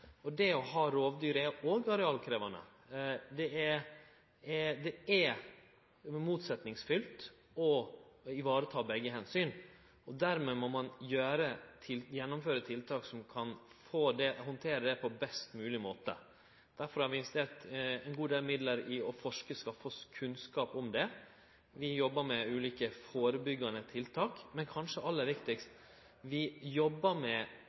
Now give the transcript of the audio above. Det å ha rovdyr er òg arealkrevjande. Det er motsetningsfylt å vareta begge omsyn. Dermed må ein gjennomføre tiltak der ein kan handtere det på best mogleg måte. Derfor har vi investert ein god del midlar i å forske og å skaffe oss kunnskap om det. Vi jobbar med ulike førebyggjande tiltak. Men kanskje aller viktigast: Vi jobbar med